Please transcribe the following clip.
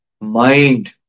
mind